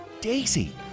Daisy